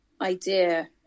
idea